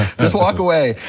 just walk away.